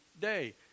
day